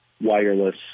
wireless